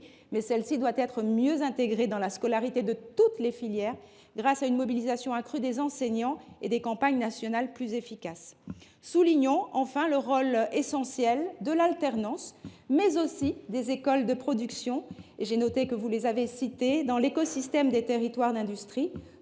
Celle ci doit être mieux intégrée dans la scolarité, dans toutes les filières, grâce à une mobilisation accrue des enseignants et à des campagnes nationales plus efficaces. Soulignons enfin le rôle essentiel de l’alternance, mais aussi des écoles de production, que vous avez citées, monsieur le ministre, dans l’écosystème des territoires d’industrie.